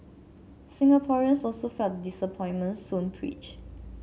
Singaporeans also felt disappointment soon preached